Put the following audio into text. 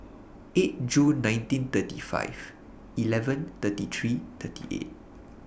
eight Jun nineteen thirty five eleven thirty three thirty eight